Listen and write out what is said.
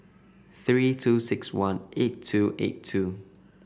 three two six one eight two eight two